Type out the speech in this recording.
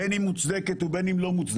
בין אם מוצדקת ובין אם לא מוצדקת,